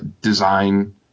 design